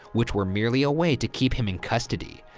which were merely a way to keep him in custody.